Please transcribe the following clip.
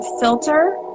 filter